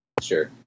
Sure